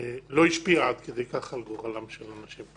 לא השפיע עד כדי כך על גורלם של אנשים.